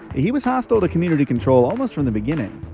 he was hostile to community control almost from the beginning.